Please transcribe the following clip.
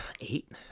eight